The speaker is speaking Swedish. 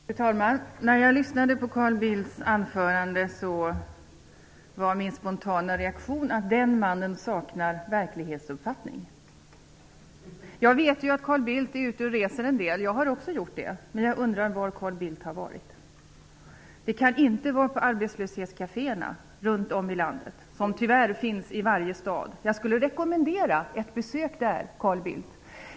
Fru talman! När jag lyssnade på Carl Bildts anförande var min spontana reaktion att den mannen saknar verklighetsuppfattning. Jag vet att Carl Bildt har varit ute och rest en del. Det har också jag gjort. Men jag undrar var Carl Bildt har varit. Han kan inte ha varit på något av de arbetslöshetskaféer som finns runt om i landet och som, tyvärr, finns i varje stad. Jag skulle vilja rekommendera ett besök där, Carl Bildt!